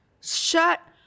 Shut